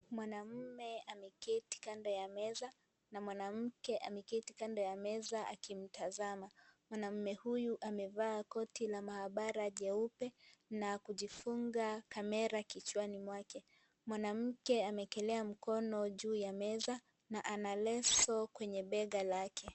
Mwanaume ameketi kando ya meza na mwanamke ameketi kando ya meza akimtazama. mwanaume huyu amevaa koti la mahabara nyeupe na kujifunga camera kichwani mwake, mwanamke amewekelea mkono juu ya meza na ana leso kwenye bega lake.